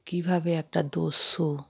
কীভাবে একটা দস্যু